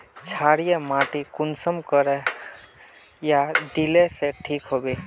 क्षारीय माटी कुंसम करे या दिले से ठीक हैबे?